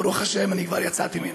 ברוך השם כבר יצאתי ממנה.